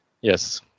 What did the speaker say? yes